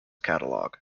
catalogue